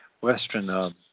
western